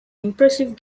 impressive